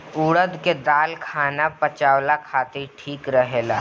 उड़द के दाल खाना पचावला खातिर ठीक रहेला